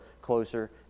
closer